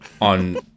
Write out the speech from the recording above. on